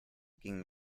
gingen